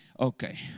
Okay